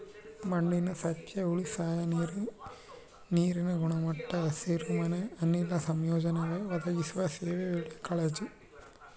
ಮಣ್ಣಿನ ಸತ್ವ ಉಳಸಾಕ ನೀರಿನ ಗುಣಮಟ್ಟ ಹಸಿರುಮನೆ ಅನಿಲ ಸಂಯೋಜನೆಗಾಗಿ ಒದಗಿಸುವ ಸೇವೆ ಒಳ್ಳೆ ಕಾಳಜಿ